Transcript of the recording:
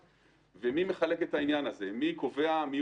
ומי מחלק את העניין הזה מי קובע מי